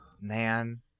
man